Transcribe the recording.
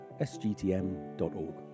sgtm.org